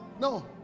No